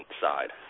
side